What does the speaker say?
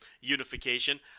unification